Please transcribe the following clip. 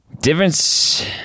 difference